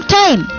time